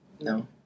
No